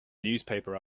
newspaper